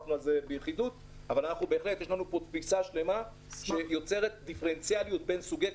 יש תפיסה שלמה שיוצרת דיפרנציאליות בין כלי